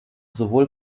sowohl